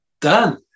done